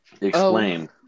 Explain